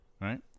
Right